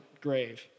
grave